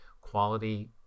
quality